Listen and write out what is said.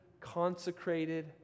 consecrated